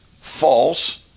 false